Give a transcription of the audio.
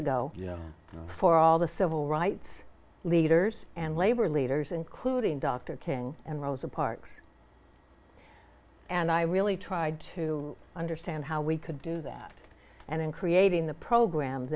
ago for all the civil rights leaders and labor leaders including dr king and rosa parks and i really tried to understand how we could do that and in creating the program